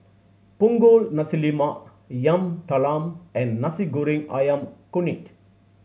Punggol Nasi Lemak Yam Talam and Nasi Goreng Ayam Kunyit